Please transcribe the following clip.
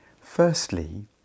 Firstly